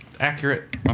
accurate